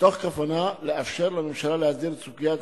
מתוך כוונה לאפשר לממשלה להסדיר את סוגיית